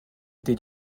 did